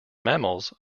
mammals